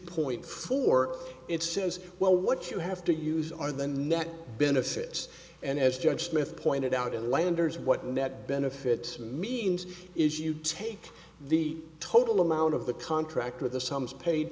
point four it says well what you have to use are the next benefits and as judge smith pointed out in landers what net benefit means is you take the total amount of the contract with the sums paid